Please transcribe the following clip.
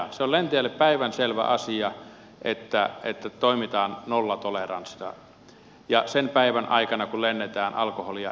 se on lentäjälle päivänselvä asia että toimitaan nollatoleranssilla ja sen päivän aikana kun lennetään alkoholia ei nautita